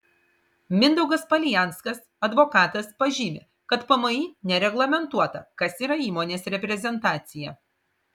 mindaugas palijanskas advokatas pažymi kad pmį nereglamentuota kas yra įmonės reprezentacija